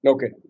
Okay